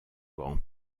grand